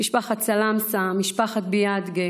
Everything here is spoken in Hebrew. משפחת סלמסה, משפחת ביאדגה,